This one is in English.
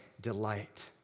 delight